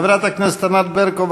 חברת הכנסת ענת ברקו,